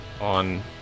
on